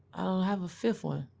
have a fifth one.